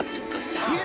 Superstar